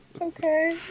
okay